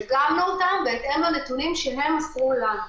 דגמנו אותם בהתאם לנתונים שהם מסרו לנו.